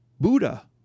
Buddha